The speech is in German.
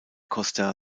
costa